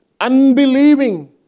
unbelieving